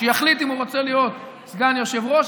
שיחליט אם הוא רוצה להיות סגן יושב-ראש,